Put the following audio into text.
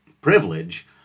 privilege